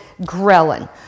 ghrelin